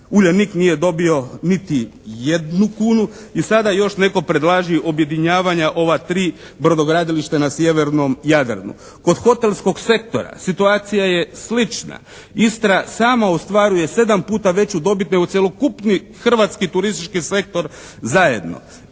«Uljanik» nije dobio niti jednu kunu i sada još netko predlaže i objedinjavanja ova 3 brodogradilišta na sjevernom Jadranu. Kod hotelskog sektora situacija je slična. Istra sama ostvaruje 7 puta veću dobit nego cjelokupni hrvatski turistički sektor zajedno.